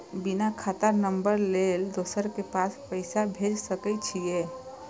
बिना खाता नंबर लेल दोसर के पास पैसा भेज सके छीए?